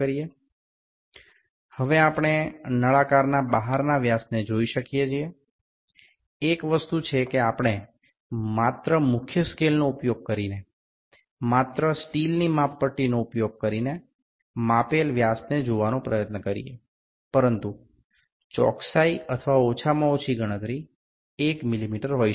এখন আমরা এই সিলিন্ডারের বাইরের ব্যাসটি দেখতে পাব একটি জিনিস হল আমরা ব্যাস দেখতে আমরা কেবলমাত্র প্রধান স্কেল ইস্পাতের স্কেলটি ব্যবহার করতে পারি তবে তার যথার্থতা বা সর্বনিম্ন গণনা ১ মিমি হবে